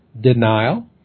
denial